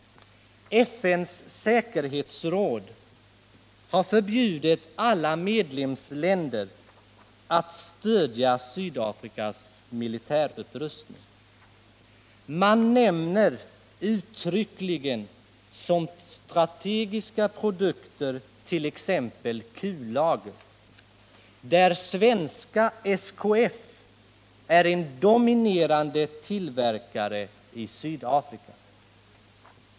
FN:s säkerhetsråd har förbjudit alla medlemsländer att stödja Sydafrikas militärupprustning. Man nämner uttryckligen bland strategiska produkter t.ex. kullager, och SKF är en dominerande tillverkare av kullager i Sydafrika.